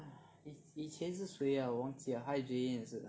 以以前是谁啊我忘记 liao 还有 Jayen 也是